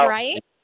right